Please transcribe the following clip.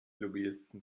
lobbyisten